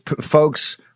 folks